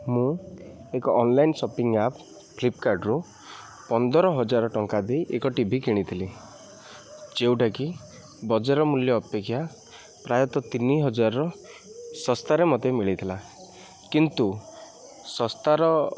ମୁଁ ଏକ online shopping app ଫ୍ଲିପକାର୍ଟରୁ ପନ୍ଦର ହଜାର ଟଙ୍କା ଦେଇ ଏକ ଟି ଭି କିଣିଥିଲି ଯେଉଁଟାକି ବଜାର ମୂଲ୍ୟ ଅପେକ୍ଷା ପ୍ରାୟତଃ ତିନି ହଜାରର ଶସ୍ତାରେ ମୋତେ ମିଳିଥିଲା କିନ୍ତୁ ଶସ୍ତାର